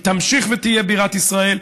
היא תמשיך ותהיה בירת ישראל.